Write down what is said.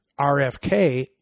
RFK